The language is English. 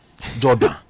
Jordan